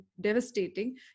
devastating